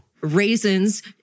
Raisins